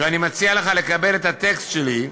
שאני מציע לך לקבל את הטקסט שלי,